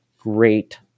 Great